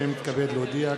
הנני מתכבד להודיע,